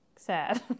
sad